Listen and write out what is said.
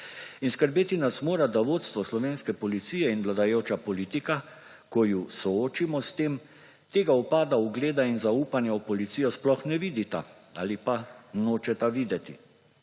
Skrbeti nas mora, da vodstvo slovenske policije in vladajoča politika, ko ju soočimo s tem, tega upada ugleda in zaupanja v policijo sploh ne vidita ali pa nočeta videti